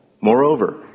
Moreover